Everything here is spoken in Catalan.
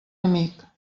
amic